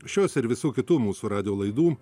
šios ir visų kitų mūsų radijo laidų